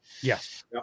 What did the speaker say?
Yes